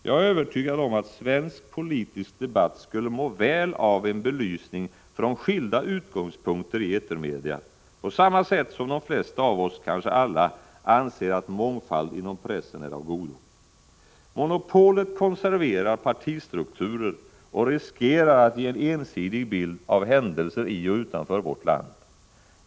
Jag är övertygad om att svensk politisk debatt skulle må väl av en belysning från skilda utgångspunkter i etermedia, på samma sätt som de flesta av oss — kanske alla — anser att mångfald inom pressen är av godo. Monopolet konserverar partistrukturer och riskerar att ge en ensidig bild av händelser i och utanför vårt land.